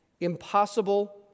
impossible